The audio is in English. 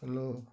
hello